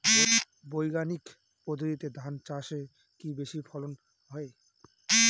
বৈজ্ঞানিক পদ্ধতিতে ধান চাষে কি বেশী ফলন হয়?